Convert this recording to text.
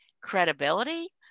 credibility